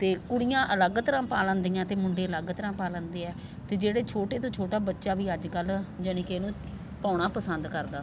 ਅਤੇ ਕੁੜੀਆਂ ਅਲੱਗ ਤਰ੍ਹਾਂ ਪਾ ਲੈਂਦੀਆਂ ਅਤੇ ਮੁੰਡੇ ਅਲੱਗ ਤਰ੍ਹਾਂ ਪਾ ਲੈਂਦੇ ਆ ਅਤੇ ਜਿਹੜੇ ਛੋਟੇ ਤੋਂ ਛੋਟਾ ਬੱਚਾ ਵੀ ਅੱਜ ਕੱਲ੍ਹ ਯਾਨੀ ਕਿ ਇਹਨੂੰ ਪਾਉਣਾ ਪਸੰਦ ਕਰਦਾ